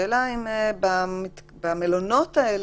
השאלה אם במלונות האלה,